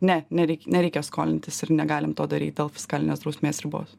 ne nereik nereikia skolintis ir negalim to daryti dėl fiskalinės drausmės ribos